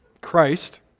Christ